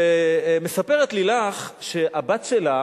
ומספרת לילך שהבת שלה